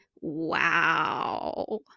wow